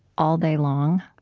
all day long.